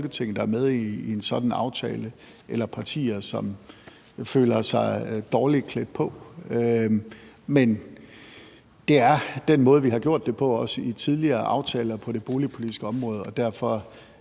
der er med i sådan en aftale, som føler sig dårligt klædt på. Men det er den måde, vi har gjort det på i tidligere aftaler på det boligpolitiske område, og derfor